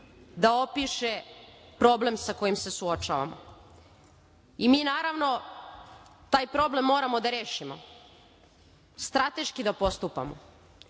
da opiše problem sa kojim se suočavamo. I, mi naravno taj problem moramo da rešimo, strateški da postupamo